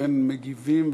ואין מגיבים,